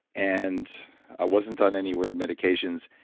and wasn't on any weird medications.